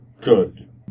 good